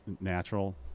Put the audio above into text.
natural